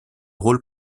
rôle